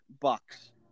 Bucks